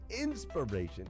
inspiration